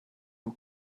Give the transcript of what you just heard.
nhw